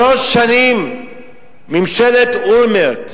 שלוש שנים ממשלת אולמרט,